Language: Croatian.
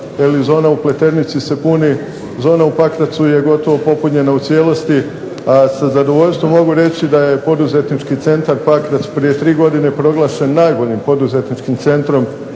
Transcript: zona u Pleternici se puni, zona u Pakracu je popunjena u cijelosti a sa zadovoljstvom mogu reći da je Poduzetnički centar Pakrac prije tri godine proglašen najboljim poduzetničkim centrom